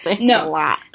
no